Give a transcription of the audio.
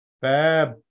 Fab